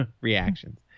reactions